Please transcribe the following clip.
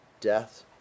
death